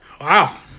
Wow